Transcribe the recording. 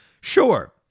Sure